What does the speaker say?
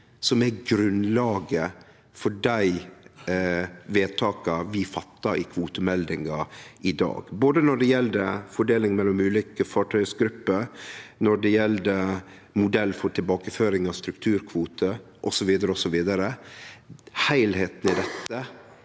som er grunnlaget for det som blir vedteke i samband med kvotemeldinga i dag, både når det gjeld fordeling mellom ulike fartøygrupper, når det gjeld modell for tilbakeføring av strukturkvotar, osv.